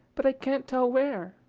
but i can't tell where.